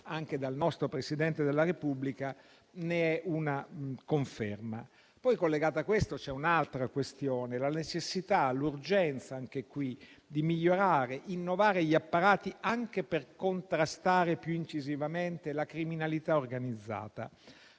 anche dal nostro Presidente della Repubblica, ne è una conferma. Collegata a questa c'è un'altra questione: la necessità e l'urgenza di migliorare e innovare gli apparati anche per contrastare più incisivamente la criminalità organizzata,